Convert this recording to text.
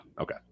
Okay